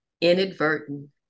inadvertent